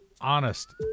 honest